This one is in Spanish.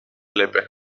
lepe